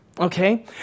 okay